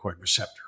receptor